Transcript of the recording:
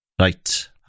right